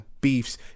beefs